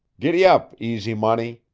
giddy-ap, easy money,